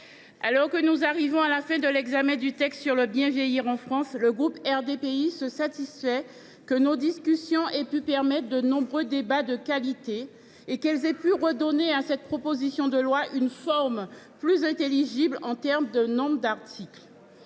alors que nous arrivons à la fin de l’examen du texte sur le bien vieillir en France, le groupe RDPI se satisfait que nos discussions aient été l’occasion de débats de qualité et qu’elles aient pu redonner à cette proposition de loi une forme plus intelligible en réduisant le nombre de ses articles.